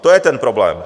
To je ten problém.